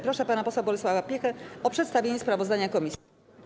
Proszę pana posła Bolesława Piechę o przedstawienie sprawozdania komisji.